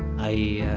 i